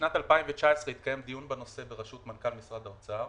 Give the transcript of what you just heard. בשנת 2019 התקיים דיון בנושא בראשות מנכ"ל משרד האוצר